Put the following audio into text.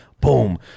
Boom